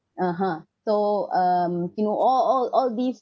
(uh huh) so um you know all all all these